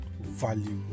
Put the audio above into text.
value